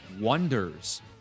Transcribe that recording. wonders